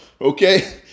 Okay